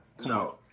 No